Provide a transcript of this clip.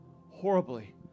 horribly